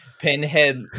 Pinhead